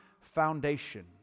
foundation